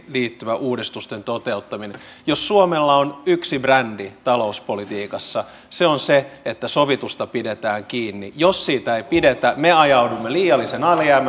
liittyvien uudistusten toteuttaminen jos suomella on yksi brändi talouspolitiikassa se on se että sovitusta pidetään kiinni jos siitä ei pidetä me ajaudumme liiallisen